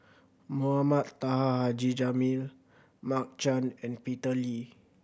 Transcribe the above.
Mohamed Taha Haji Jamil Mark Chan and Peter Lee